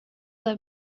they